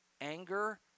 anger